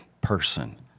person